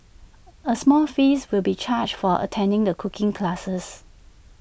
A small fees will be charged for attending the cooking classes